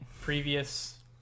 previous